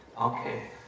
Okay